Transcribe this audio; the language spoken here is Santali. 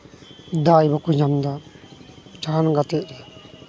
ᱫᱟᱣ ᱵᱟᱠᱚ ᱧᱟᱢᱫᱟ ᱡᱟᱦᱟᱱ ᱜᱟᱛᱮᱜ ᱨᱮ